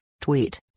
tweet